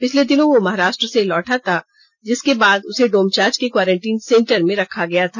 पिछले दिनों वह महाराष्ट्र से लौटा था जिसके बाद उसे डोमचांच के क्वारेंटीन सेंटर में रखा गया था